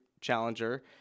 challenger